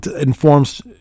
informs